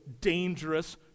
dangerous